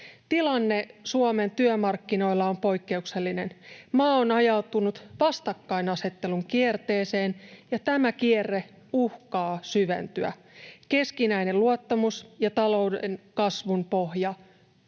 Tilanne Suomen työmarkkinoilla on poikkeuksellinen. Maa on ajautunut vastakkainasettelun kierteeseen, ja tämä kierre uhkaa syventyä. Keskinäinen luottamus ja talouden kasvun pohja